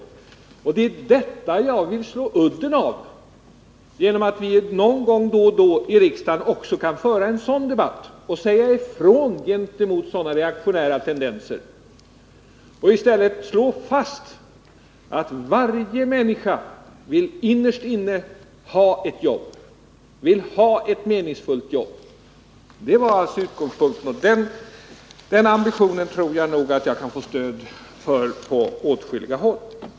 Det är den inställningen jag vill slå udden av genom att här i riksdagen föra en debatt, där man tar avstånd från sådana reaktionära tendenser och i stället slår fast att varje människa innerst inne vill ha ett meningsfullt jobb. Det var min utgångspunkt. Den ambitionen tror jag nog att jag kan få stöd för på åtskilliga håll.